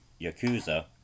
Yakuza